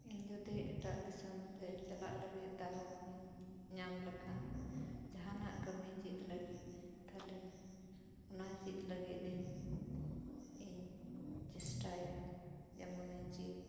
ᱤᱧ ᱡᱩᱫᱤ ᱮᱴᱟᱜ ᱫᱤᱥᱚᱢ ᱛᱮ ᱪᱟᱞᱟᱜ ᱞᱟᱹᱜᱤᱫ ᱛᱮ ᱫᱟᱣ ᱤᱧ ᱧᱟᱢ ᱞᱮᱠᱷᱟᱱ ᱡᱟᱸᱦᱟᱱᱟᱜ ᱠᱟᱹᱢᱤ ᱪᱮᱫ ᱞᱟᱹᱜᱤᱫ ᱛᱟᱦᱚᱞᱮ ᱚᱱᱟ ᱪᱮᱫ ᱞᱟᱹᱜᱤᱫ ᱤᱧ ᱤᱧ ᱪᱮᱥᱴᱟᱭᱟ ᱡᱮᱢᱚᱱᱤᱧ ᱪᱤᱫ